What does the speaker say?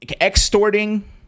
extorting